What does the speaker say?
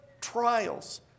trials